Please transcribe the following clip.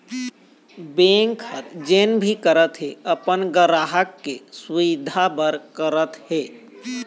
bank ह जेन भी करत हे अपन गराहक के सुबिधा बर करत हे